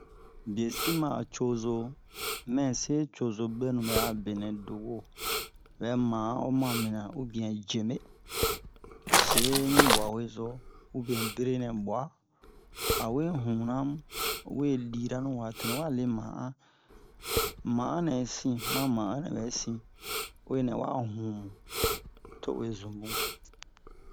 biyesi ma a cozo mɛ se cozo ɓwɛnu ɓɛ'a benɛ do ɓɛ'a mu man'an o ma'o mina ubiyɛn jeme se ni ɓwahuwe-zo ubiyɛn bere nɛ ɓwa awe hun-na mu o wee lira ni wa to ni wa lee man'an man'an nɛ sin ma man'an nɛ ɓɛ sin uwe nɛ waa hun mu to uwe zun bun